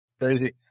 crazy